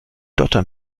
dotter